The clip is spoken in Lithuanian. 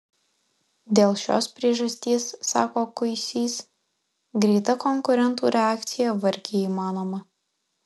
dėl šios priežasties sako kuisys greita konkurentų reakcija vargiai įmanoma